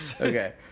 Okay